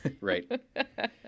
right